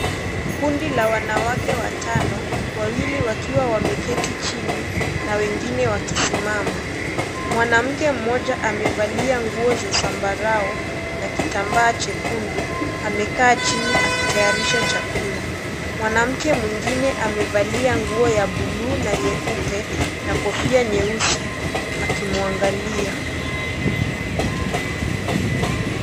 Kundi la wanawake watano , wawili wakiwa wameketi chini na wengine wakisimama , mwanamke mmoja amevalia nguo za zambarau na kitambaa chekundu, amekaa chini akitayarisha chakula, mwanamke mwingine amevalia nguo ya buluu na nyeupe na kofia nyeusi akimwangalia.